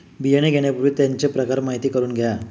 बियाणे घेण्यापूर्वी त्यांचे प्रकार माहिती करून घ्या